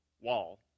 wall